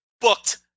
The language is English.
booked